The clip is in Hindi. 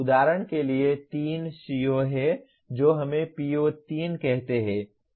उदाहरण के लिए 3 CO हैं जो हमें PO3 कहते हैं